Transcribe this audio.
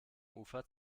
ufer